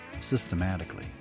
systematically